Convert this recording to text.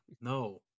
no